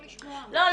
--- לא,